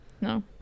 No